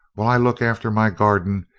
while i look after my garden,